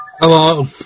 Hello